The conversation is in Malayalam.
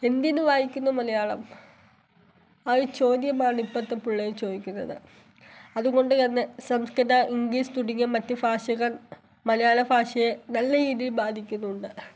എന്തിന് വായിക്കുന്നു മലയാളം ആ ചോദ്യമാണ് ഇപ്പത്തെ പിള്ളേര് ചോദിക്കുന്നത് അതുകൊണ്ട് തന്നെ സംസ്കൃതം ഇംഗ്ലീഷ് തുടങ്ങിയ മറ്റുഭാഷകൾ മലയാള ഭാഷയെ നല്ല രീതിയിൽ ബാധിക്കുന്നുണ്ട്